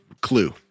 Clue